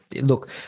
Look